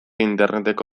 interneteko